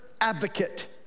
advocate